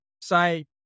say